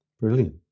Brilliant